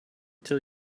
till